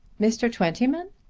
mr. twentyman?